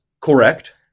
Correct